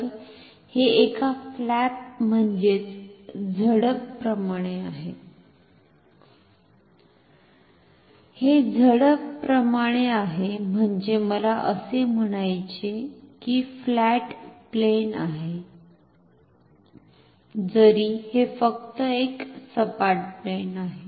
तर हे एका फ्लॅप म्हणजेच झडपप्रमाणे आहे हे झडप प्रमाणे आहे म्हणजे मला असे म्हणायचे कि फ्लॅट प्लेन आहे जरी हे फक्त एक सपाट प्लेन आहे